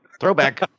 Throwback